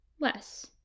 less